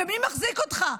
ומי מחזיק אותך?